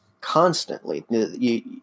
constantly